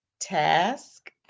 task